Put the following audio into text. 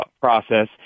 process